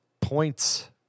points